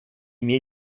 miei